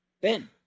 Ben